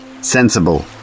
Sensible